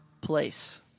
place